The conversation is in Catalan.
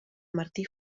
martí